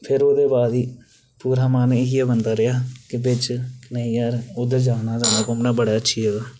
फिर ओह्दे बाद गी पूरा मन इयै बनदा रेहा कि बिच्च नेईं यार उद्धर जाना गै जाना घूमनै गी उद्धर बड़ी अच्छी जगह